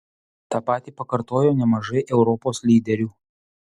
tą patį pakartojo nemažai europos lyderių